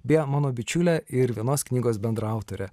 beje mano bičiule ir vienos knygos bendraautore